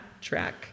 track